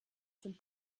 sind